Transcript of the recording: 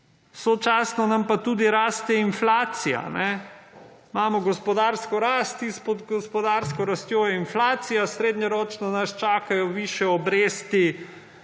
sočasno nam pa raste inflacija. Imamo gospodarsko rast in s gospodarsko rastjo inflacija, srednjeročno nas čakajo višje obresti